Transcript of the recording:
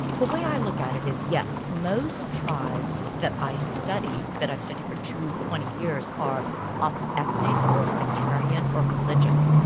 the way i look at it is yes, most tribes that i study, that i've studied for twenty years are often ethnic or sectarian or religious.